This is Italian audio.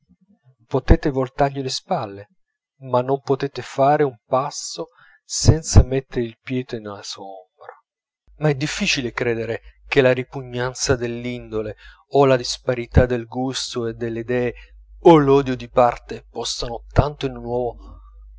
potete voltargli le spalle ma non potete fare un passo senza mettere il piede sulla sua ombra ma è difficile credere che la ripugnanza dell'indole o la disparità del gusto e delle idee o l'odio di parte possano tanto in un uomo